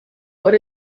what